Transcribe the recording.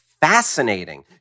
fascinating